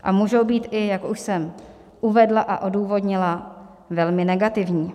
A můžou být, jak už jsem uvedla a odůvodnila, i velmi negativní.